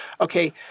okay